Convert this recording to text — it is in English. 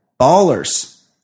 ballers